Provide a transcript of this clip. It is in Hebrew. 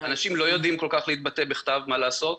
אנשים לא יודעים כל כך להתבטא בכתב, מה לעשות.